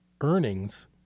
earnings